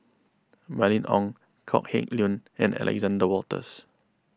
Mylene Ong Kok Heng Leun and Alexander Wolters